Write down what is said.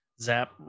Zap